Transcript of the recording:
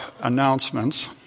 announcements